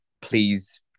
please